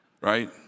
right